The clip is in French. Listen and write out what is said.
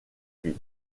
ville